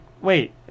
wait